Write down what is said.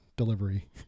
delivery